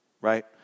right